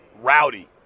rowdy